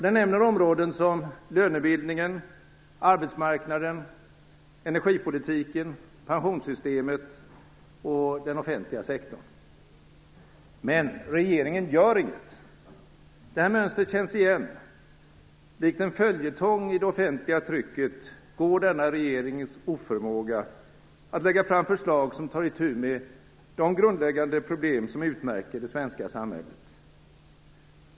Den nämner områden som lönebildningen, arbetsmarknaden, energipolitiken, pensionssystemet och den offentliga sektorn. Men regeringen gör inget. Mönstret känns igen. Likt en följetong i det offentliga trycket går denna regerings oförmåga att lägga fram förslag som tar itu med de grundläggande problem som utmärker det svenska samhället.